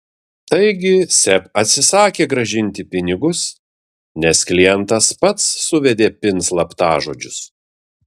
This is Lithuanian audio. taigi seb atsisakė grąžinti pinigus nes klientas pats suvedė pin slaptažodžius